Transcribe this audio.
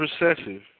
recessive